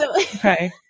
Okay